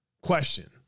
question